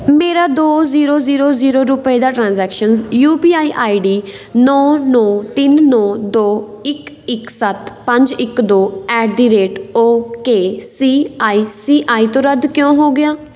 ਮੇਰਾ ਦੋ zero zero zero ਰੁਪਏ ਦਾ transactions U P I I D ਨੌਂ ਨੌਂ ਤਿੰਨ ਨੌਂ ਦੋ ਇੱਕ ਇੱਕ ਸੱਤ ਪੰਜ ਇੱਕ ਦੋ ਐਟ ਦੀ rate okay C I C I ਤੋਂ ਰੱਦ ਕਿਉ ਹੋ ਗਿਆ